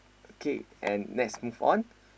okay and let's move on